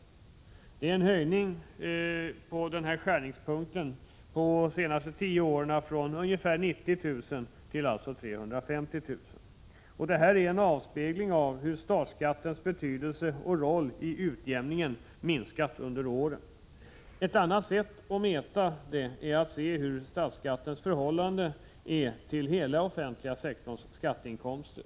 Det innebär en höjning av skärningspunkten från ca 90 000 kr. till 350 000 kr. under de senaste tio åren. Det är en avspegling av hur statsskattens betydelse och roll i utjämningen har minskat under åren. Ett annat sätt att mäta är att se hur statsskatten förhåller sig till hela den offentliga sektorns skatteinkomster.